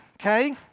okay